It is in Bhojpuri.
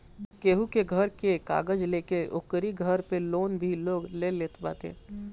केहू के घर के कागज लेके ओकरी घर पे लोन भी लोग ले लेत बाटे